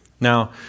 Now